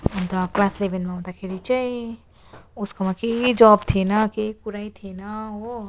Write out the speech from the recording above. अन्त क्लास इलेभेनमा हुँदाखेरि चाहिँ उसकोमा केही जब थिएन केही कुरै थिएन हो